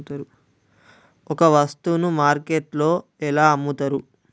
ఒక వస్తువును మార్కెట్లో ఎలా అమ్ముతరు?